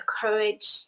courage